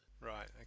Right